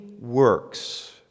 works